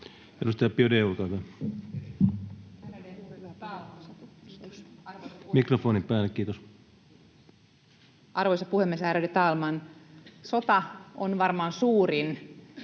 Edustaja Biaudet, olkaa hyvä. — Mikrofoni päälle, kiitos. Arvoisa puhemies, ärade talman! Sota on varmaan suurin